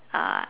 uh